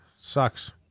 Sucks